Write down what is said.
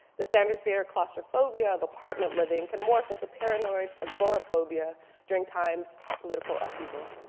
the standard fare claustrophobia of apartment living can morph into paranoid agoraphobia during times of political upheaval.